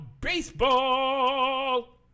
baseball